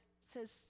says